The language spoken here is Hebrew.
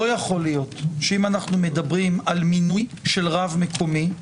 לא יכול להיות שאם אנחנו מדברים על מינוי של רב מקומי,